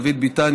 דוד ביטן,